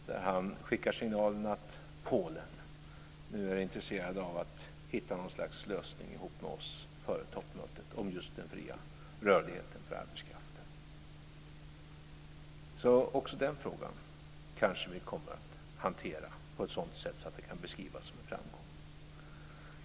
Han skickar signaler om att Polen nu är intresserat av att hitta något slags lösning när det gäller den fria rörligheten för arbetskraften ihop med oss före toppmötet. Också den frågan kommer vi kanske att hantera på ett sådant sätt att det kan beskrivas som en framgång.